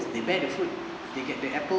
they bear the food they get the apple